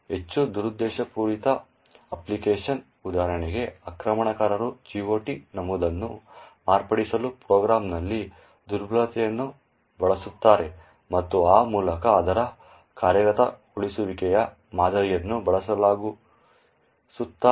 ಹೆಚ್ಚು ದುರುದ್ದೇಶಪೂರಿತ ಅಪ್ಲಿಕೇಶನ್ನಲ್ಲಿ ಉದಾಹರಣೆಗೆ ಆಕ್ರಮಣಕಾರರು GOT ನಮೂದನ್ನು ಮಾರ್ಪಡಿಸಲು ಪ್ರೋಗ್ರಾಂನಲ್ಲಿ ದುರ್ಬಲತೆಯನ್ನು ಬಳಸುತ್ತಾರೆ ಮತ್ತು ಆ ಮೂಲಕ ಅದರ ಕಾರ್ಯಗತಗೊಳಿಸುವಿಕೆಯ ಮಾದರಿಯನ್ನು ಬದಲಾಯಿಸುತ್ತಾರೆ